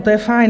To je fajn.